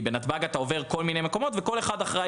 כי בנתב"ג אתה עובר כל מיני מקומות וכל אחד אחראי